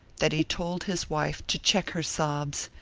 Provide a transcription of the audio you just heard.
that he told his wife to check her sobs,